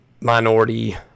minority